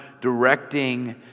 directing